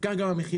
כך גם המחירים.